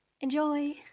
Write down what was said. Enjoy